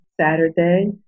Saturday